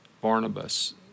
Barnabas